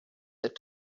that